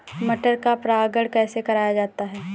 मटर को परागण कैसे कराया जाता है?